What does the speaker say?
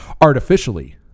artificially